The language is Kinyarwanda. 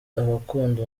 abakunda